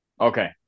okay